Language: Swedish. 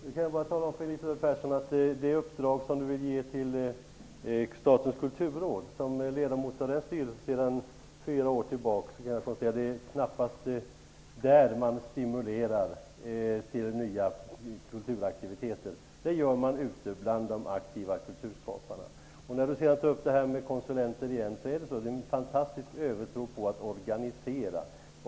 Herr talman! Elisabeth Persson vill ge ett uppdrag till Statens kulturråd. Som ledamot av dess styrelse sedan fyra år tillbaka kan jag säga att det knappast är där som man stimulerar till nya kulturaktiviteter. Det gör man ute bland de aktiva kulturskaparna. När det gäller konsulenter vill jag säga att det finns en fantastisk övertro på organisation.